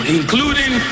including